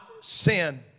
sin